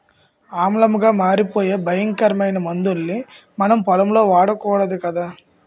ఆమ్లాలుగా మారిపోయే భయంకరమైన మందుల్ని మనం పొలంలో వాడకూడదు కదా